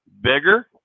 Bigger